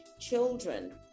children